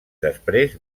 després